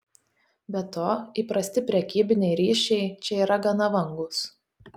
be to įprasti prekybiniai ryšiai čia yra gana vangūs